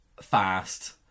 fast